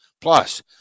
Plus